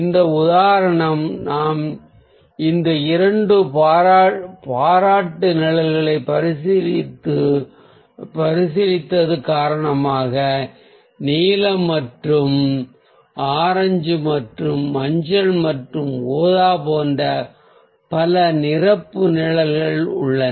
இந்த உதாரணத்திற்கு நாம் இந்த இரண்டு பூர்த்தியான நிழல்களை பரிசீலித்தது காரணமாக நீலம் மற்றும் ஆரஞ்சு அல்லது மஞ்சள் மற்றும் ஊதா போன்ற பல நிரப்பு நிழல்கள் உள்ளன